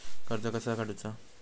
कर्ज कसा काडूचा?